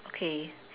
okay